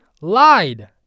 lied